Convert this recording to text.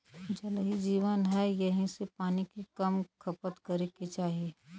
जल ही जीवन बाटे एही से पानी के कम खपत करे के चाही